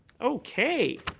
okay.